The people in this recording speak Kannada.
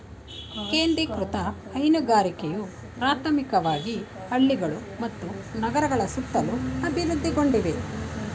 ಕೇಂದ್ರೀಕೃತ ಹೈನುಗಾರಿಕೆಯು ಪ್ರಾಥಮಿಕವಾಗಿ ಹಳ್ಳಿಗಳು ಮತ್ತು ನಗರಗಳ ಸುತ್ತಲೂ ಅಭಿವೃದ್ಧಿಗೊಂಡಿದೆ